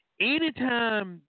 Anytime